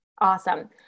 Awesome